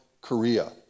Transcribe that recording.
Korea